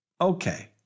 Okay